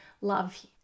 love